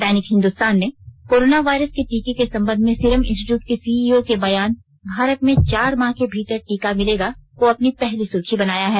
दैनिक हिंद्स्तान ने corona virus के टीके के संबंध में सीरम इंस्टीटयूट के सीईओ के बयान भारत में चार माह के भीतर टीका मिलेगा को अपनी पहली सुर्खी बनाया है